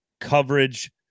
coverage